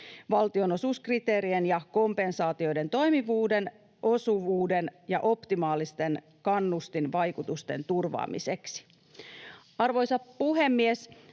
valtionosuuskriteerien ja kompensaatioiden toimivuuden, osuvuuden ja optimaalis-ten kannustinvaikutusten turvaamiseksi. Arvoisa puhemies!